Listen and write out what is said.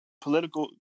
political